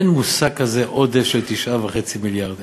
אין מושג כזה עודף של 9.5 מיליארד,